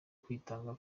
kwitanga